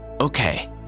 Okay